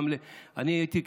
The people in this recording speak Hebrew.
הייתי,